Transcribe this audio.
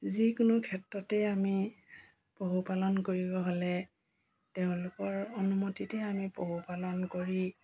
যিকোনো ক্ষেত্ৰতেই আমি পশুপালন কৰিব হ'লে তেওঁলোকৰ অনুমতিতে আমি পশুপালন কৰি